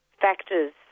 factors